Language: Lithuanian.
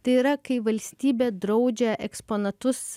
tai yra kai valstybė draudžia eksponatus